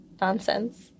nonsense